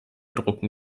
drucken